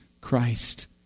Christ